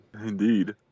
Indeed